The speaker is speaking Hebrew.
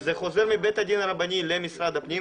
זה חוזר מבית הדין הרבני למשרד הפנים,